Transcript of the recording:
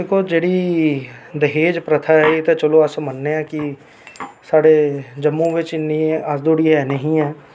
एह् जेह्ड़ी दाज प्रथा ऐ एह् ते चलो अस मन्नने आं कि साढे जम्मू बिच इन्नी अज्ज धोड़ी है निं ऐही